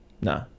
Nah